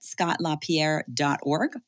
scottlapierre.org